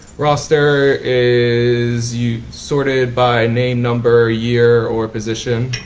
roster is you sort of by name, number, year, or position.